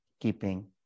keeping